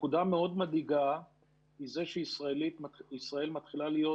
נקודה מאוד מדאיגה היא שישראל מתחילה להיות